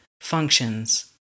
functions